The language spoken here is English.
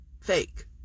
Fake